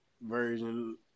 version